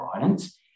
guidance